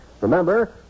Remember